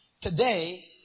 Today